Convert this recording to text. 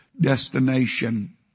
destination